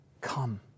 come